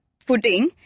footing